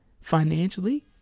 Financially